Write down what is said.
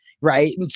right